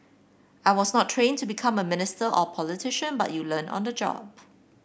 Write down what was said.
I was not trained to become a minister or a politician but you learn on the job